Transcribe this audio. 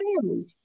family